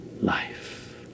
life